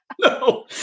No